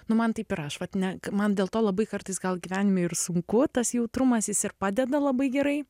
nu man taip yra aš vat ne man dėl to labai kartais gal gyvenime ir sunku tas jautrumas jis ir padeda labai gerai